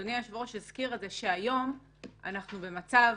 אדוני היושב-ראש הזכיר את זה שהיום אנחנו במצב